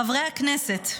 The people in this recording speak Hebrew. חברי הכנסת,